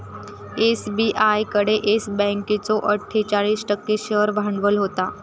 SBI कडे येस बँकेचो अट्ठोचाळीस टक्को शेअर भांडवल होता